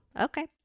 Okay